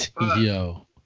Yo